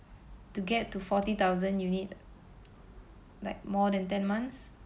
to get to forty thousand you need like more than ten months